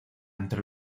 entre